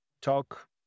talk